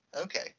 okay